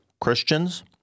Christians